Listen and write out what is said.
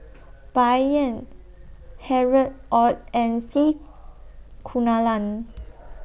Bai Yan Harry ORD and C Kunalan